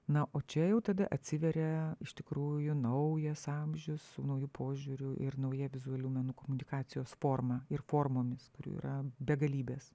na o čia jau tada atsiveria iš tikrųjų naujas amžius su nauju požiūriu ir nauja vizualių menų komunikacijos forma ir formomis kurių yra begalybės